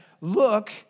look